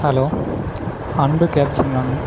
hello Anbu கேப்ஸுங்களாங்க